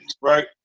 right